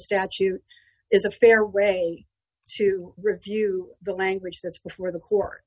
statute is a fair ray to review the language that's before the court